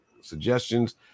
suggestions